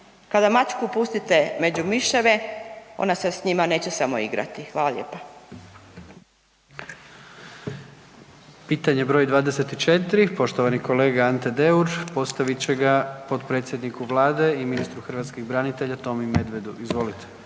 Kada mačku pustite među miševe, ona se s njima neće samo igrati. Hvala lijepa. **Jandroković, Gordan (HDZ)** Pitanje broj 24 poštovani kolega Ante Deur postavit će ga potpredsjedniku Vlade i ministru hrvatskih branitelja Tomi Medvedu. Izvolite.